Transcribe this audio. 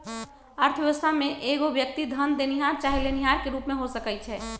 अर्थव्यवस्था में एगो व्यक्ति धन देनिहार चाहे लेनिहार के रूप में हो सकइ छइ